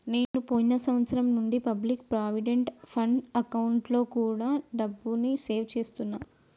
నేను పోయిన సంవత్సరం నుంచి పబ్లిక్ ప్రావిడెంట్ ఫండ్ అకౌంట్లో కూడా డబ్బుని సేవ్ చేస్తున్నా